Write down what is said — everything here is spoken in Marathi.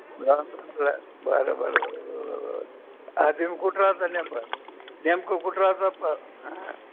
ब बरं बरं बरं आणि तुम्ही कुठं राहता नेमकं नेमकं कुठं राहता पण